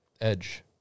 edge